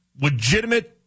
legitimate